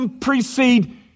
precede